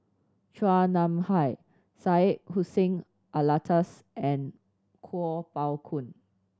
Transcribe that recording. Chua Nam Hai Syed Hussein Alatas and Kuo Pao Kun